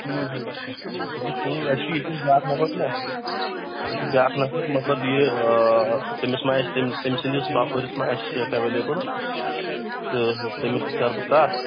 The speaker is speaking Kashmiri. تہِ چھِ پوٚز اَسہِ چھِ ییٚتہِ بیٛاکھ نَفَر نا اَسہِ چھِ بیٛاکھ نَفَر مطلب یہِ تٔمِس ما آسہِ تیٚم تٔمۍ سٕنٛدِس باپٲرِس ما آسہِ سیٚکھ اٮ۪ولیبٕل تہٕ تٔمِس سۭتۍ کَرٕ بہٕ کَتھ